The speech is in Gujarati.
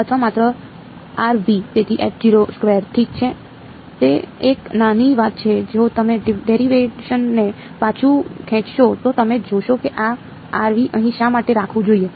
અથવા માત્ર તેથી ઠીક છે તે એક નાની વાત છે જો તમે ડેરિવેશન ને પાછું ખેંચશો તો તમે જોશો કે આ અહીં શા માટે રાખવું જોઈએ